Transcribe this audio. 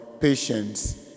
Patience